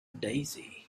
daisy